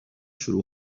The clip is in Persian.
شروع